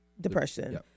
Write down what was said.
depression